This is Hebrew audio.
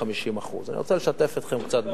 50%. אני רוצה לשתף אתכם קצת,